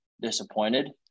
disappointed